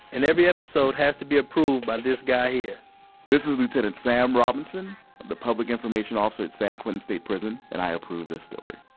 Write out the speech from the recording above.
and every episode has to be approved by this guy here this is lieutenant sam robinson. i'm the public information officer at san quentin state prison, and i approve this story